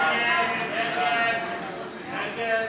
בבקשה.